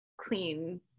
clean